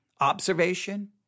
Observation